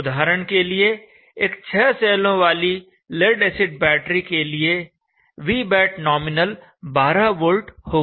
उदाहरण के लिए एक 6 सेलों वाली लेड एसिड बैटरी के लिए Vbat nominal 12 V होगा